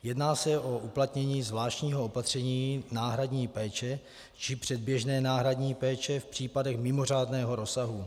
Jedná se uplatnění zvláštního opatření náhradní péče či předběžné náhradní péče v případech mimořádného rozsahu.